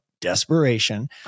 desperation